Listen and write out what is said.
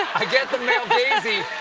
i get the male gaysy.